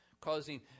Causing